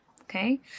Okay